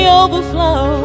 overflow